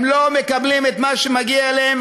הם לא מקבלים את מה שמגיע להם,